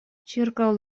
ĉirkaŭ